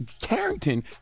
Carrington